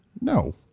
No